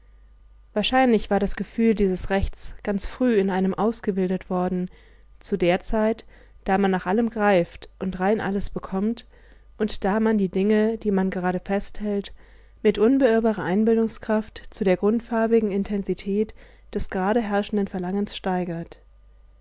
wahrscheinlich war das gefühl dieses rechts ganz früh in einem ausgebildet worden zu der zeit da man nach allem greift und rein alles bekommt und da man die dinge die man gerade festhält mit unbeirrbarer einbildungskraft zu der grundfarbigen intensität des gerade herrschenden verlangens steigert